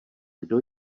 kdo